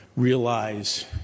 realize